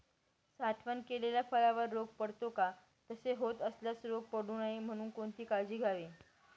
साठवण केलेल्या फळावर रोग पडतो का? तसे होत असल्यास रोग पडू नये म्हणून कोणती काळजी घ्यावी?